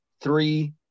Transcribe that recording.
three –